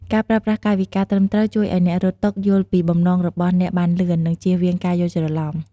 ការប្រើប្រាស់កាយវិការត្រឹមត្រូវជួយឲ្យអ្នករត់តុយល់ពីបំណងរបស់អ្នកបានលឿន និងជៀសវាងការយល់ច្រឡំ។